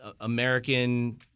American